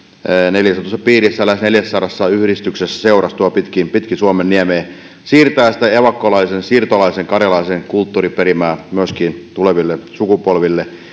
neljässätoista piirissä ja lähes neljässäsadassa yhdistyksessä ja seurassa pitkin suomenniemeä siirtää sitä evakkolaisen siirtolaisen karjalaisen kulttuuriperimää myöskin tuleville sukupolville